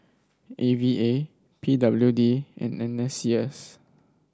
A V A P W D and N S C S